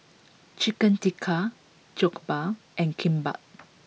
Chicken Tikka Jokbal and Kimbap